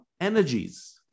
energies